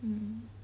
mm